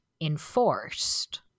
enforced